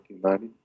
1990